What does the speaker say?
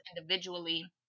individually